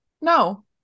No